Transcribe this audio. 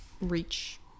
reach